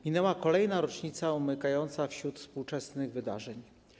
Minęła kolejna rocznica umykająca wśród współczesnych wydarzeń.